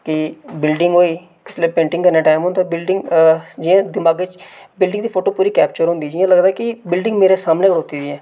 कि बिल्डिंग होई जिसलै पेंटिंग करने दा टैम होंदा बिल्डिंग जि'यां दिमागै च बिल्डिंग दी पूरी फोटो कैप्चर होंदी जि'यां लगदा कि बिल्डिंग मेरे सामनै खड़ोती दी ऐ